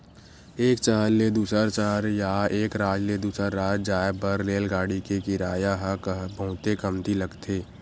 एक सहर ले दूसर सहर या एक राज ले दूसर राज जाए बर रेलगाड़ी के किराया ह बहुते कमती लगथे